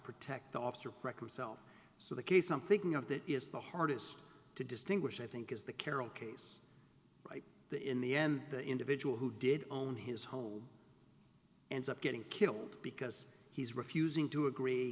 protect the officer record self so the case i'm thinking of that is the hardest to distinguish i think is the carroll case right there in the end the individual who did own his home and stop getting killed because he's refusing to agree